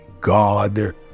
God